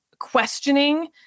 questioning